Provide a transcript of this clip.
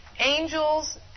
angels